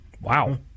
Wow